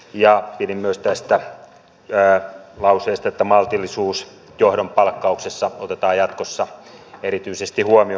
pidin myös tästä lauseesta että maltillisuus johdon palkkauksessa otetaan jatkossa erityisesti huomioon